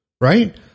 Right